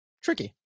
tricky